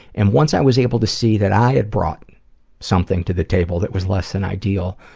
and once i was able to see that i had brought something to the table that was less than ideal,